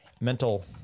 mental